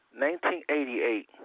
1988